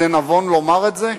זה נבון לומר את זה?